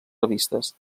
revistes